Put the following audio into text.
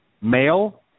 male